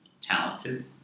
talented